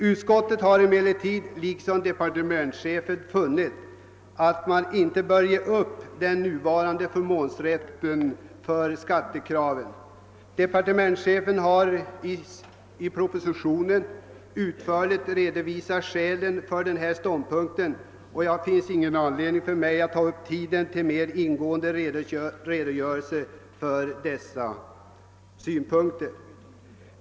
Utskottet har emellertid liksom departementschefen funnit att man inte bör ge upp den nuvarande förmånsrätten för skattekraven. Departementschefen har i propositionen utförligt redovisat skälen för den ståndpunkten, och jag skall inte här ta upp tiden med att mera ingående redogöra för dem.